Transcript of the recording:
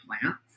plants